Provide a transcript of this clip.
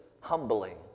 humbling